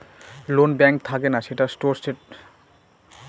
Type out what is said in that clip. loan ব্যাঙ্কে থাকে না, সেটার সব স্টেটমেন্ট থাকে